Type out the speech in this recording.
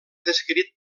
descrit